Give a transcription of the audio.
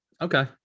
okay